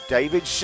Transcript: David